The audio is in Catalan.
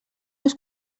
les